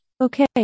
Okay